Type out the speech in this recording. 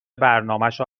برنامشو